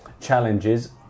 challenges